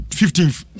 fifteenth